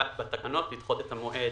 בתקנות לדחות את המועד.